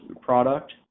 product